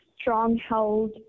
strong-held